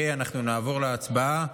נעבור להצבעה.